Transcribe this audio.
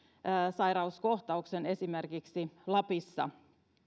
sairauskohtauksen esimerkiksi lapissa